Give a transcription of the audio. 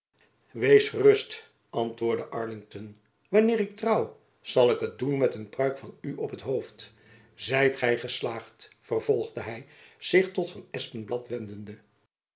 wees gerust antwoordde arlington wanneer ik trouw zal ik het doen met een pruik van u op het hoofd zijt gy geslaagd vervolgde hy zich tot van espenblad wendende